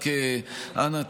רק אנא,